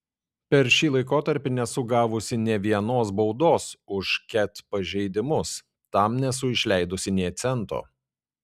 per šį laikotarpį nesu gavusi nė vienos baudos už ket pažeidimus tam nesu išleidusi nė cento